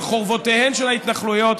על חורבותיהן של ההתנחלויות,